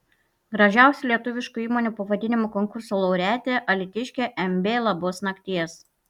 gražiausių lietuviškų įmonių pavadinimų konkurso laureatė alytiškė mb labos nakties